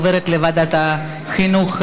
לוועדת החינוך,